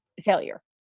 failure